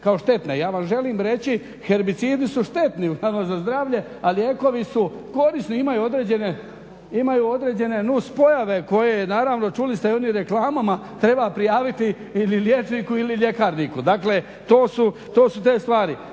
Ja vam želim reći, herbicidi su štetni vama za zdravlje, a lijekovi su korisni, imaju određene nuspojave koje naravno čuli ste u onim reklamama treba prijaviti ili liječniku ili ljekarniku. Dakle, to su te stvari.